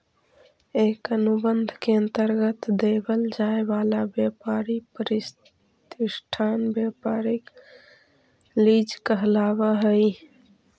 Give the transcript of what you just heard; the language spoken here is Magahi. एक अनुबंध के अंतर्गत देवल जाए वाला व्यापारी प्रतिष्ठान व्यापारिक लीज कहलाव हई